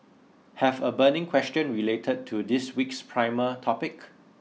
have a burning question related to this week's primer topic